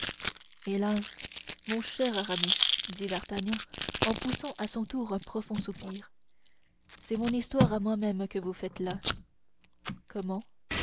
hélas mon cher aramis dit d'artagnan en poussant à son tour un profond soupir c'est mon histoire à moi-même que vous faites là comment